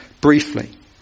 briefly